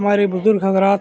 ہمارے بزرگ حضرات